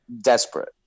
Desperate